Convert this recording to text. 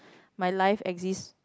my life exist